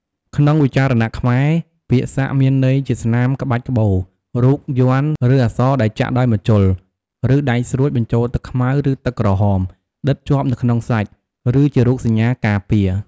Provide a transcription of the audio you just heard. ក្នុងវិចារណៈខ្មែរ ពាក្យ "សាក់" មានន័យជាស្នាមក្បាច់ក្បូរ រូប យ័ន្ត ឬអក្សរដែលចាក់ដោយម្ជុល ឬដែកស្រួច បញ្ចូលទឹកខ្មៅ ឬទឹកក្រហម ដិតជាប់នៅក្នុងសាច់ ឬជារូបសញ្ញាការពារ។